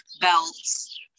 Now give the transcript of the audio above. belts